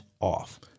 off